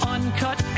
Uncut